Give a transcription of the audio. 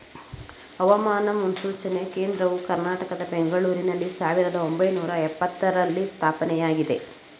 ಹವಾಮಾನ ಮುನ್ಸೂಚನೆ ಕೇಂದ್ರವು ಕರ್ನಾಟಕದ ಬೆಂಗಳೂರಿನಲ್ಲಿ ಸಾವಿರದ ಒಂಬೈನೂರ ಎಪತ್ತರರಲ್ಲಿ ಸ್ಥಾಪನೆಯಾಗಿದೆ